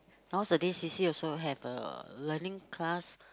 nowadays C_C also have a learning class